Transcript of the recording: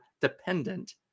dependent